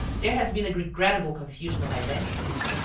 there has been a regrettable confusion of identities,